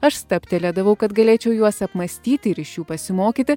aš stabtelėdavau kad galėčiau juos apmąstyti ir iš jų pasimokyti